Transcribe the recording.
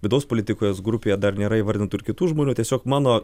vidaus politikos grupėje dar nėra įvardintų ir kitų žmonių tiesiog mano